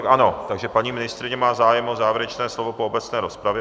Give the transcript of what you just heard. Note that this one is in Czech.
Ano, takže paní ministryně má zájem o závěrečné slovo po obecné rozpravě.